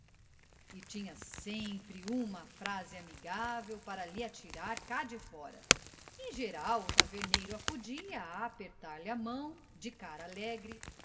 e tinha sempre uma frase amigável para lhe atirar cá de fora em geral o taverneiro acudia a apertar-lhe a mão de cara alegre